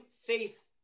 faith